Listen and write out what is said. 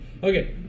Okay